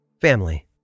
Family